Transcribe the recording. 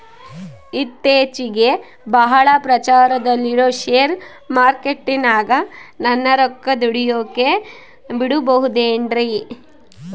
ಇತ್ತೇಚಿಗೆ ಬಹಳ ಪ್ರಚಾರದಲ್ಲಿರೋ ಶೇರ್ ಮಾರ್ಕೇಟಿನಾಗ ನನ್ನ ರೊಕ್ಕ ದುಡಿಯೋಕೆ ಬಿಡುಬಹುದೇನ್ರಿ?